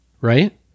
right